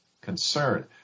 concern